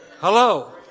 Hello